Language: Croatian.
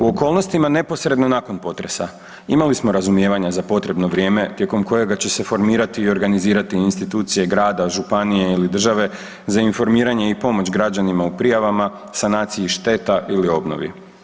U okolnostima neposredno nakon potresa imali smo razumijevanja za potrebno vrijeme tijekom kojega će se formirati i organizirati institucije grada, županije ili države za informiranje i pomoć građanima u prijavama sanaciji šteta ili obnovi.